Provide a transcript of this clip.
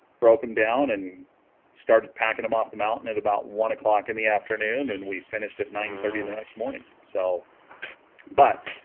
broke him down and started packing them off the mountain at about one o'clock in the afternoon and we finished at nine thirty in the next morning so but